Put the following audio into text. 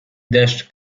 deszcz